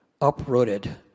uprooted